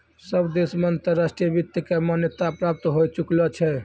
सब देश मे अंतर्राष्ट्रीय वित्त के मान्यता प्राप्त होए चुकलो छै